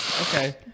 Okay